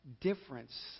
difference